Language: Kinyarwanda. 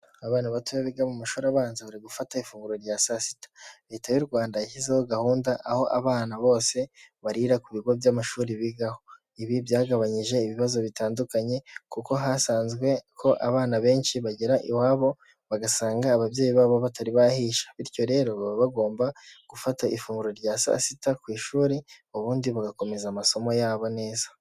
abana batoye biga mu mashuri abanza bari gufata ifunguro rya saa sita leta y'u rwanda yashyizeho gahunda aho abana bose barira ku bigo by'amashuri biga ibi byagabanyije ibibazo bitandukanye kuko hasanzwe ko abana benshi bagera iwabo bagasanga ababyeyi babo batari bahisha bityo rero bagomba gufata ifunguro rya saa sita ku ishuri ubundi bagakomeza amasomo yabo neza